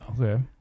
okay